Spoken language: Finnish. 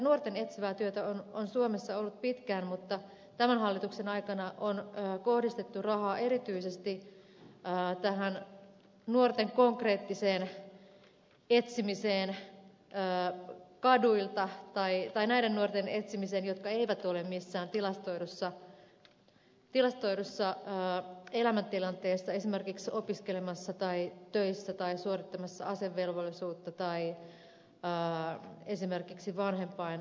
nuorten etsivää työtä on suomessa ollut pitkään mutta tämän hallituksen aikana on kohdistettu rahaa erityisesti nuorten konkreettiseen etsimiseen kaduilta tai näiden nuorten etsimiseen jotka eivät ole missään tilastoidussa elämäntilanteessa esimerkiksi opiskelemassa tai töissä tai suorittamassa asevelvollisuutta tai esimerkiksi vanhempainvapaalla